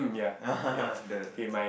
the the